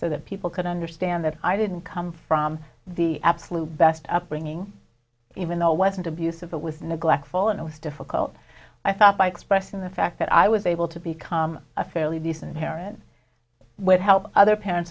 so that people could understand that i didn't come from the absolute best upbringing even though it wasn't abusive it was neglectful and it was difficult i thought by expressing the fact that i was able to become a fairly decent parent would help other parents